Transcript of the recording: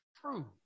true